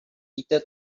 little